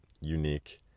unique